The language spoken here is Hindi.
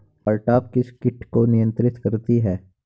कारटाप किस किट को नियंत्रित करती है?